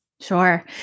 Sure